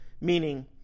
meaning